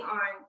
on